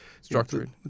Structured